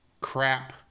crap